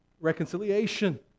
reconciliation